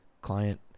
client